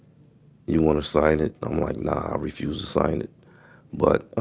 you want to sign it? i'm like nah, i refuse to sign it but ah